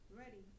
ready